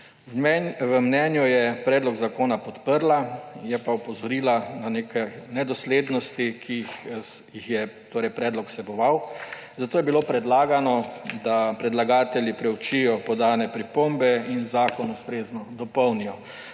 V mnenju je predlog zakona podprla, je pa opozorila na neke nedoslednosti, ki jih je predlog vseboval, zato je bilo predlagano, da predlagatelji preučijo podane pripombe in zakon ustrezno dopolnijo.